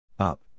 Up